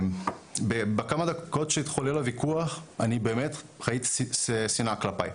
בכמה דקות שהתחולל הוויכוח אני באמת ראית שנאה כלפי,